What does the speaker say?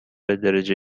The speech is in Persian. درجه